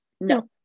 no